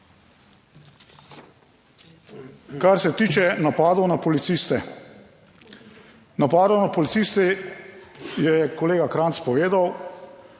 Kar se tiče napadov na policiste. Napadov na policiste, je kolega Krajnc povedal,